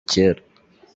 kera